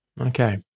Okay